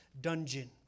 dungeon